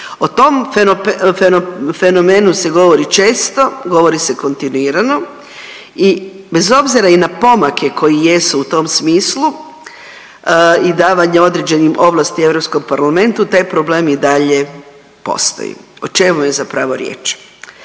O tom fenomenu se govori često, govori se kontinuirano i bez obzira i na pomake koji jesu u tom smislu i davanje određenih ovlasti Europskom parlamentu taj problem i dalje postoji. O čemu je zapravo riječ?